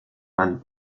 man